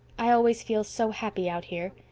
i always feel so happy out here.